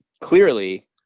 clearly